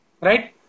right